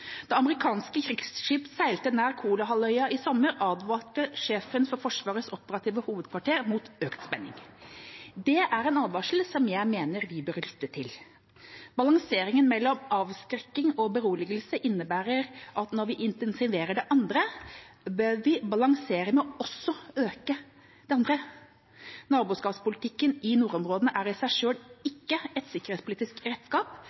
amerikanske krigsskip seilte nær Kolahalvøya i sommer, advarte sjefen for Forsvarets operative hovedkvarter mot økt spenning. Det er en advarsel jeg mener vi bør lytte til. Balanseringen mellom avskrekking og beroligelse innebærer at når vi intensiverer det ene, bør vi balansere med også å øke den andre. Naboskapspolitikken i nordområdene er i seg selv ikke et sikkerhetspolitisk redskap,